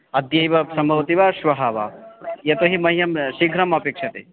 अद्यैव सम्भवति वा श्वः वा यतो हि मह्यं शीघ्रम् अपेक्ष्यते